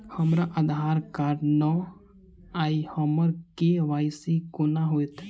हमरा आधार कार्ड नै अई हम्मर के.वाई.सी कोना हैत?